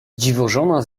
dziwożona